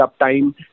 uptime